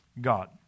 God